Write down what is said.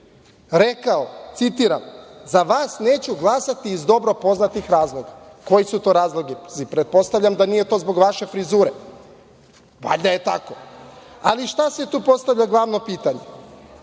rekao, citiram – za vas neću glasati iz dobro poznatih razloga. Koji su to razlozi? Pretpostavljam da to nije zbog vaše frizure, valjda je tako. Ali, šta se tu postavilo kao glavno pitanje,